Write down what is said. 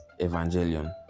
Evangelion